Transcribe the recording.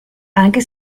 anche